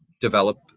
develop